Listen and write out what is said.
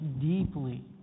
deeply